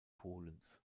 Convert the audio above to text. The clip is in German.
polens